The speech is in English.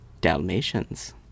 Dalmatians